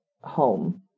home